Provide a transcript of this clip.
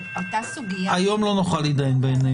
אבל עלתה סוגיה --- היום לא נוכל להתדיין בענייניהם.